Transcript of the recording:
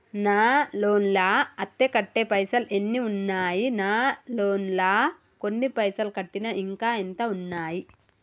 నా లోన్ లా అత్తే కట్టే పైసల్ ఎన్ని ఉన్నాయి నా లోన్ లా కొన్ని పైసల్ కట్టిన ఇంకా ఎంత ఉన్నాయి?